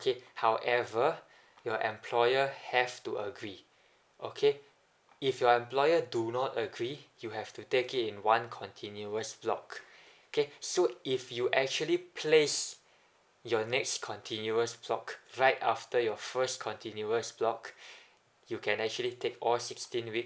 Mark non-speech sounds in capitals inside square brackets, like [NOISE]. okay however your employer have to agree okay if your employer do not agree you have to take it in one continuous block okay so if you actually place your next continuous block right after your first continuous block [BREATH] you can actually take all sixteen weeks